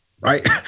right